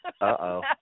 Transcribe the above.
Uh-oh